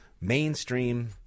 mainstream